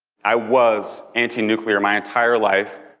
i was anti-nuclear my entire life.